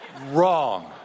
wrong